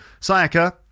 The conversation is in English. sayaka